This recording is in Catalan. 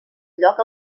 lloc